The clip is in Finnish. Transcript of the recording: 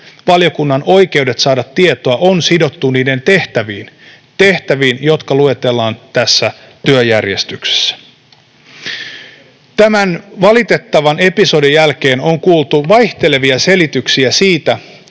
valiokunnan oikeudet saada tietoa on sidottu sen tehtäviin — tehtäviin, jotka luetellaan tässä työjärjestyksessä. Tämän valitettavan episodin jälkeen on kuultu vaihtelevia selityksiä siitä,